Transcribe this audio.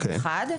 אחת.